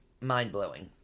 Mind-blowing